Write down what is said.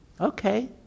Okay